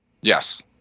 Yes